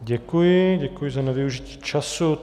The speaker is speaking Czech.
Děkuji, děkuji i za nevyužití času.